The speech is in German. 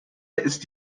ist